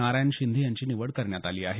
नारायण शिंदे यांची निवड करण्यात आली आहे